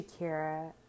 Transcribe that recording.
Shakira